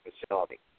facility